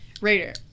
Raider